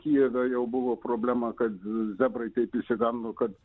kijeve jau buvo problema kad zebrai taip išsigando kad